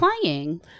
playing